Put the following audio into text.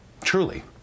Truly